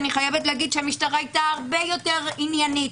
אני חייבת להגיד שהמשטרה הייתה הרבה יותר עניינית.